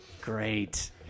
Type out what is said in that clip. Great